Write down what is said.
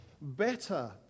better